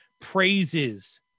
praises